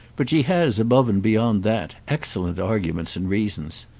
but she has above and beyond that excellent arguments and reasons.